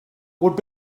would